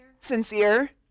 sincere